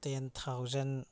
ten thousand